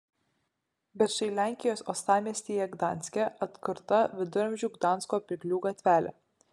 bet štai lenkijos uostamiestyje gdanske atkurta viduramžių gdansko pirklių gatvelė